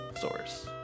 source